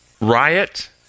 Riot